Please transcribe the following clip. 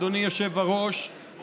אדוני היושב-ראש,